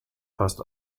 fast